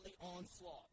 onslaught